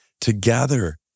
together